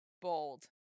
Bold